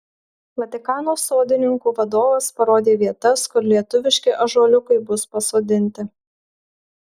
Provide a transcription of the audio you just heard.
vatikano sodininkų vadovas parodė vietas kur lietuviški ąžuoliukai bus pasodinti